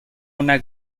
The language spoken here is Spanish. una